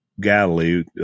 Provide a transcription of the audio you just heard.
Galilee